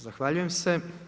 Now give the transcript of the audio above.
Zahvaljujem se.